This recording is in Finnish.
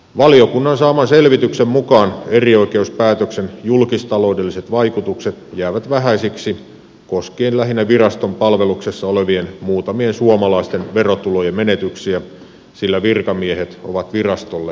valiokunnan saaman selvityksen mukaan erioikeuspäätöksen julkistaloudelliset vaikutukset jäävät vähäisiksi koskien lähinnä viraston palveluksessa olevien muutamien suomalaisten verotulojen menetyksiä sillä virkamiehet ovat virastolle verovelvollisia